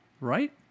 right